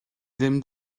ddim